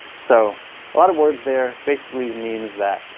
so a lot of words there. basically it means that